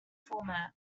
format